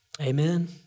Amen